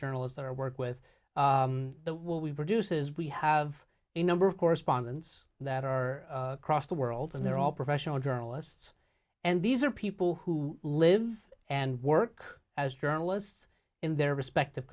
journalist that i work with the what we produce is we have a number of correspondence that are across the world and they're all professional journalists and these are people who live and work as journalists in their respective